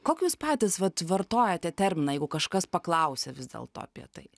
kokį jūs patys vat vartojate terminą jeigu kažkas paklausia vis dėlto apie tai